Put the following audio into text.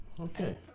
Okay